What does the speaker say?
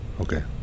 Okay